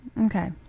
Okay